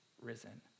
risen